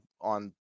on